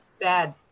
bad